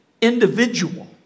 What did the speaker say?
individual